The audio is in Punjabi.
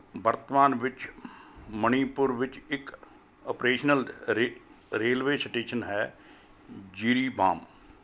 ਵਰਤਮਾਨ ਵਿੱਚ ਮਣੀਪੁਰ ਵਿੱਚ ਇੱਕ ਅਪ੍ਰੇਸ਼ਨਲ ਰੇ ਰੇਲਵੇ ਸਟੇਸ਼ਨ ਹੈ ਜਿਰੀਬਾਮ